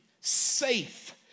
safe